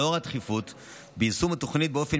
לנוכח הדחיפות ביישום התוכנית באופן